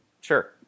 Sure